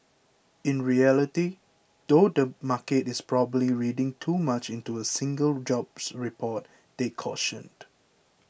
in reality though the market is probably reading too much into a single jobs report they cautioned